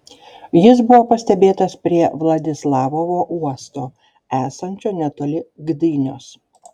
jis buvo pastebėtas prie vladislavovo uosto esančio netoli gdynios